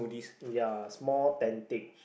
ya small tentage